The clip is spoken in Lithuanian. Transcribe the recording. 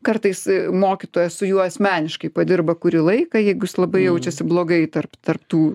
kartais mokytojas su juo asmeniškai padirba kurį laiką jeigu jis labai jaučiasi blogai tarp tarp tų